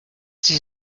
sie